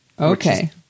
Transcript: Okay